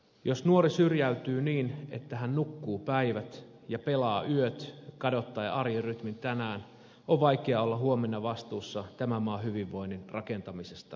jos nuori syrjäytyy niin että hän nukkuu päivät ja pelaa yöt kadottaen arjen rytmin tänään on vaikea olla huomenna vastuussa tämän maan hyvinvoinnin rakentamisesta